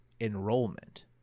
enrollment